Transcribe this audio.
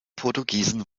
portugiesen